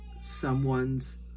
someone's